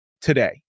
Today